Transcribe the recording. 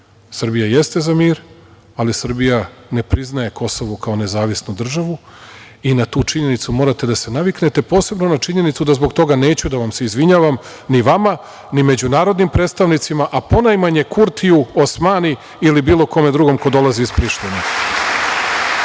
nije. Srbija jeste za mir, ali Srbija ne priznaje Kosovo, kao nezavisnu državu i na tu činjenicu morate da se naviknete, posebno na činjenicu da zbog toga neću da vam se izvinjavam, ni vama, ni međunarodnim predstavnicima, a ponajmanje Kurtiju, Osmani ili bilo kome drugom ko dolazi iz Prištine.O